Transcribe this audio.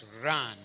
run